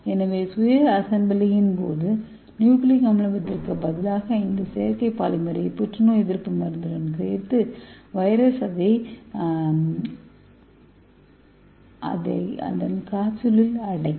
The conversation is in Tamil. எனவே சுய அசெம்பிளின்போது நியூக்ளிக் அமிலத்திற்கு பதிலாக இந்த செயற்கை பாலிமரை புற்றுநோய் எதிர்ப்பு மருந்துடன் சேர்த்து வைரஸ் இதை அதன் காப்ஸ்யூலில் அடைக்கும்